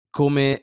come